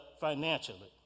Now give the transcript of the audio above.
financially